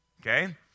Okay